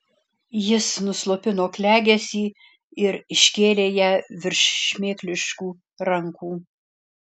jis nuslopino klegesį ir iškėlė ją virš šmėkliškų rankų